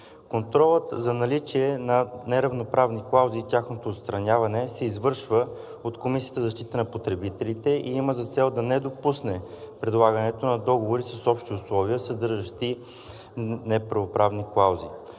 Контролът за наличие на неравноправни клаузи и тяхното отстраняване се извършва от Комисията за защита на потребителите и има за цел да не допусне предлагането на договори с общи условия, съдържащи неравноправни клаузи.